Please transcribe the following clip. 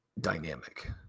dynamic